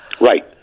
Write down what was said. Right